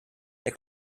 der